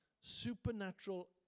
supernatural